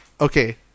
Okay